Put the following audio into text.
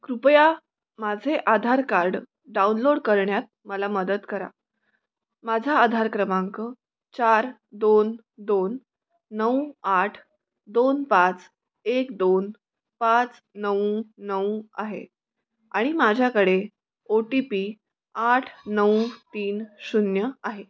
कृपया माझे Aadhaar card download करण्यात मला मदत करा माझा आधार क्रमांक चार दोन दोन नऊ आठ दोन पाच एक दोन पाच नऊ नऊ आहे आणि माझ्याकडे ओ टी पी आठ नऊ तीन शून्य आहे